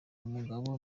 umugabo